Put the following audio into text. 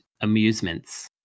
amusements